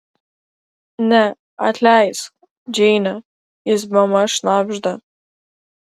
ne atleisk džeine jis bemaž šnabžda